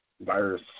virus